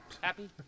Happy